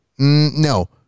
No